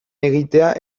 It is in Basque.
egitea